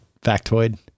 factoid